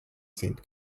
saint